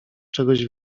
czegoś